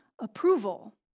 approval